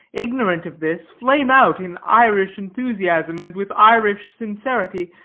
ignorant of this, flame out in irish enthusiasm and with irish sincerity,